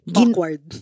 awkward